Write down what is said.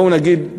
בואו נגיד,